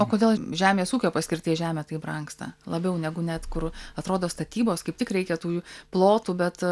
o kodėl žemės ūkio paskirties žemė taip brangsta labiau negu net kur atrodo statybos kaip tik reikia tų plotų bet